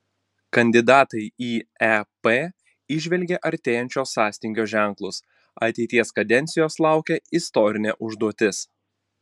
kandidatai į ep įžvelgė artėjančio sąstingio ženklus ateities kadencijos laukia istorinė užduotis